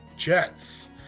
Jets